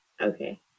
okay